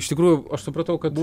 iš tikrųjų aš supratau kad